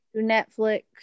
Netflix